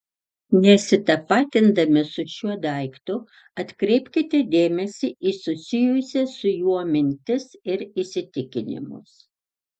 nesitapatindami su šiuo daiktu atkreipkite dėmesį į susijusias su juo mintis ir įsitikinimus